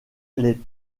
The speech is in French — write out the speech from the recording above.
les